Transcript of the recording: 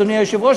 אדוני היושב-ראש,